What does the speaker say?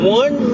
one